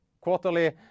quarterly